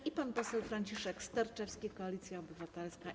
I pan poseł Franciszek Sterczewski, Koalicja Obywatelska.